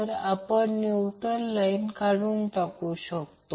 तर आपण neutral line काढून टाकू शकतो